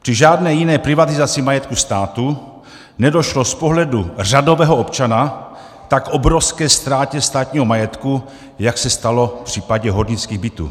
Při žádné jiné privatizaci majetku státu nedošlo z pohledu řadového občana k tak obrovské ztrátě státního majetku, jak se stalo v případě hornických bytů.